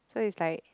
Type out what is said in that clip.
so it's like